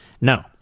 No